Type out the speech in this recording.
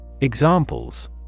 Examples